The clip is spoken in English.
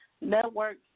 network